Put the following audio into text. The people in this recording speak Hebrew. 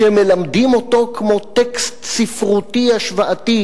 כשמלמדים אותו כמו טקסט ספרותי השוואתי